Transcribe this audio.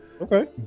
Okay